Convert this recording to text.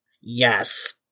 Yes